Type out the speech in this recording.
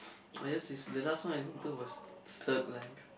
I just list the last song I listen to was Thug Life